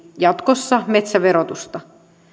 jatkossa erityisesti metsäverotusta